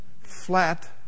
flat